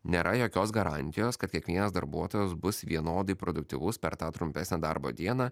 nėra jokios garantijos kad kiekvienas darbuotojas bus vienodai produktyvus per tą trumpesnę darbo dieną